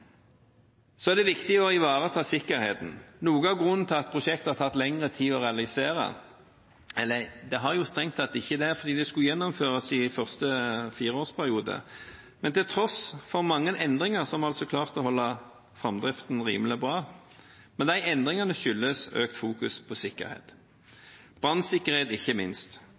er også viktig å ivareta sikkerheten. Noe av grunnen til at prosjektet har tatt lengre tid å realisere – eller, det har jo strengt tatt ikke det, for det skulle gjennomføres i første fireårsperiode, men til tross for mange endringer har vi klart å holde framdriften rimelig bra – er økt sikkerhetsfokus, ikke minst brannsikkerhet.